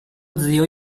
zio